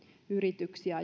yrityksiä